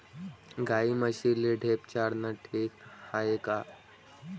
गाई म्हशीले ढेप चारनं ठीक हाये का?